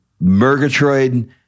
Murgatroyd